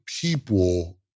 people